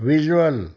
visual